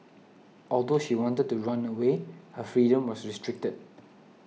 although she wanted to run away her freedom was restricted